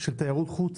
של תיירות חוץ,